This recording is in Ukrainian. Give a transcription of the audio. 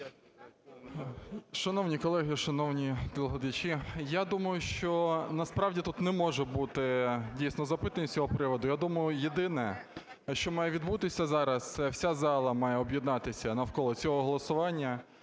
Шановні колеги, шановні телеглядачі, я думаю, що насправді тут не може бути дійсно запитань з цього приводу. Я думаю, єдине, що має відбутися зараз, це вся зала має об'єднатися навколо цього голосування.